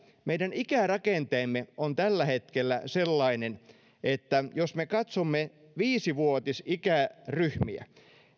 meidän ikärakenteemme on tällä hetkellä sellainen että jos me katsomme viisivuotisikäryhmiä